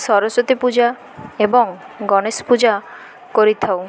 ସରସ୍ଵତୀ ପୂଜା ଏବଂ ଗଣେଶ ପୂଜା କରିଥାଉ